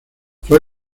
fue